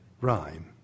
rhyme